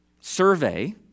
survey